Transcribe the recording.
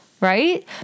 right